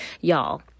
Y'all